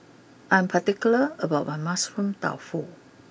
I am particular about my Mushroom Tofu